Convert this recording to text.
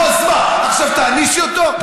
נו, אז מה, עכשיו, תענישי אותו?